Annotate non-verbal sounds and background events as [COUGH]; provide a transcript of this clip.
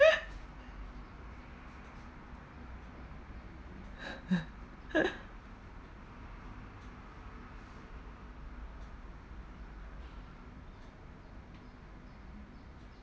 [LAUGHS] [LAUGHS]